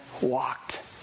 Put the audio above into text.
walked